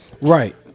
Right